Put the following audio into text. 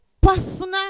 personal